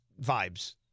vibes